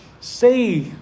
say